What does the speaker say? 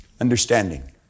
Understanding